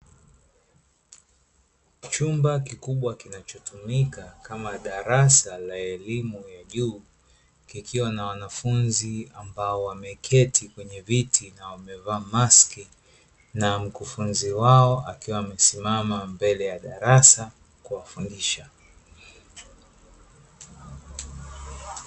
Chumba kikubwa kinachotumika kama darasa la elimu ya juu, kikiwa na wanafunzi ambao wameketi kwenye viti na wamevaa maski, na mkufunzi wao akiwa amesimama mbele ya darasa kuwafundisha.